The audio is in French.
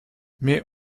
mais